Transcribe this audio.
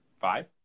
Five